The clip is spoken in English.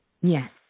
Yes